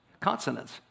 consonants